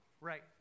Right